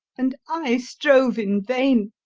and i strove in vain.